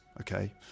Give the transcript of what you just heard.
okay